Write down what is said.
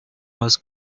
was